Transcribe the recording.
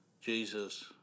Jesus